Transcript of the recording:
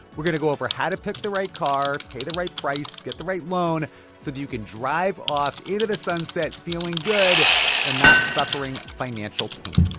we're going to go over how to pick the right car, pay the right price, get the right loan so that you can drive off into the sunset feeling good and not suffering financial pain